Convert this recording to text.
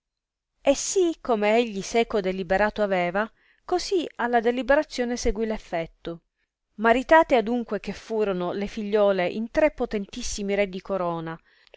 e si come egli seco deliberato aveva così alla deliberazione seguì l'effetto maritate adunque che furono le figliuole in tre potentissimi re di corona